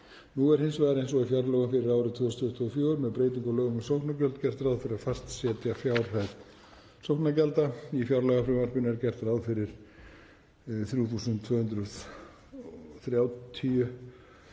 Nú er hins vegar, eins og í fjárlögum fyrir árið 2024, með breytingu á lögum um sóknargjöld, gert ráð fyrir að fastsetja fjárhæð sóknargjalda. Í fjárlagafrumvarpinu er gert ráð fyrir 3.230,3